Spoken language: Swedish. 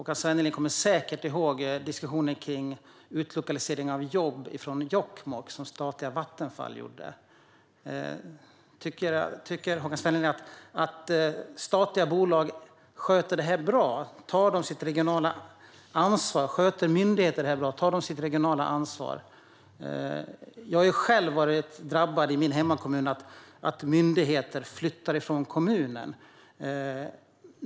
Håkan Svenneling kommer säkert ihåg diskussionen om den utlokalisering av jobb från Jokkmokk som statliga Vattenfall genomförde. Tycker Håkan Svenneling att statliga bolag sköter arbetet bra? Tar de sitt regionala ansvar? Tar myndigheterna sitt regionala ansvar? Jag har själv varit drabbad i min hemkommun av att myndigheter flyttar från kommunen.